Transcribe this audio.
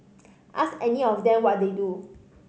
ask any of them what they do